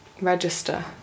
register